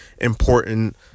important